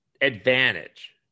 advantage